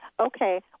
Okay